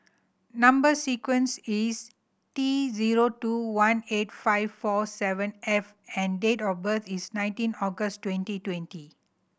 number sequence is T zero two one eight five four seven F and date of birth is nineteen August twenty twenty